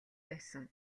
байсан